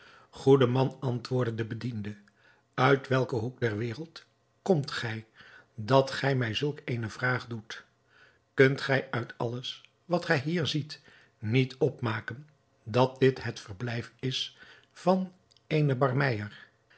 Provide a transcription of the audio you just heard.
goede man antwoordde de bediende uit welken hoek der wereld komt gij dat gij mij zulk eene vraag doet kunt gij uit alles wat gij hier ziet niet opmaken dat dit het verblijf is van een barmeyer